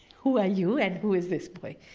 who are you and who is this boy?